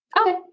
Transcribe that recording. Okay